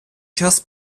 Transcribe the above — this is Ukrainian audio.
час